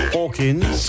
Hawkins